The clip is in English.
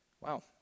wow